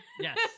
Yes